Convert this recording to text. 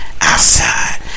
outside